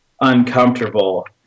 uncomfortable